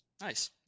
Nice